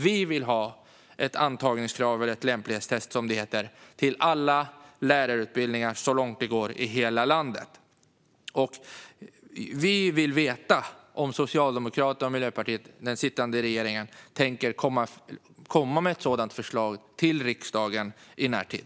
Vi vill ha ett lämplighetstest till alla lärarutbildningar, så långt det går, i hela landet. Tänker Socialdemokraterna och Miljöpartiet, den sittande regeringen, komma med ett sådant förslag till riksdagen i närtid?